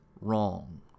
wrong